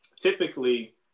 typically